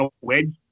wedge